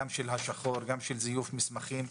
גם של התשלום בשחור, גם של זיוף מסמכים.